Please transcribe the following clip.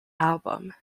album